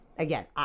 Again